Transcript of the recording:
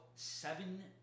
Seven